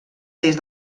des